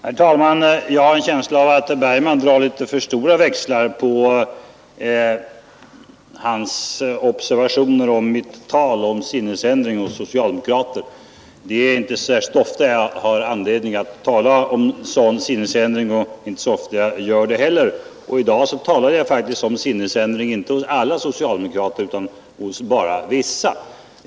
Herr talman! Jag har en känsla av att herr Bergman drar litet för stora växlar på sina observationer om mitt tal om sinnesändring hos socialdemokrater. Det är inte särskilt ofta jag har anledning att tala om sådan sinnesändring, och i dag talade jag faktiskt inte heller om en sinnesändring hos alla socialdemokrater utan bara hos vissa.